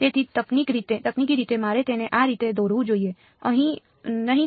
તેથી તકનીકી રીતે મારે તેને આ રીતે દોરવું જોઈએ નહીં